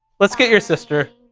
let's get your sister,